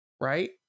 right